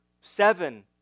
seven